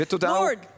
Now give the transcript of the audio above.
Lord